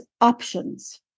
options